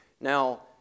Now